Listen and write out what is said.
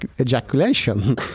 ejaculation